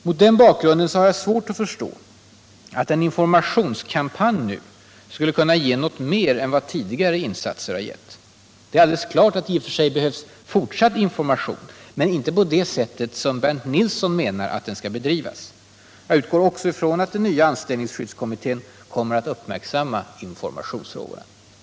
Mot den bakgrunden har jag svårt att förstå att en informationskampanj skulle kunna ge något mer än vad tidigare insatser gett. Det är alldeles klart att det i och för sig behövs fortsatt information, men inte på det Nr 25 sätt som Bernt Nilsson vill att den skall bedrivas. Jag utgår också ifrån att den nya anställningsskyddskommittén kommer att uppmärksamma informationsfrågorna.